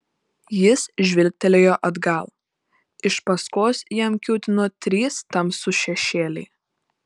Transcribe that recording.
jis žvilgtelėjo atgal iš paskos jam kiūtino trys tamsūs šešėliai